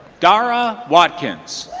dara watkins.